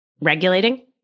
regulating